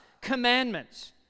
commandments